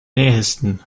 nähesten